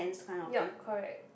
yup correct